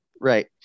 Right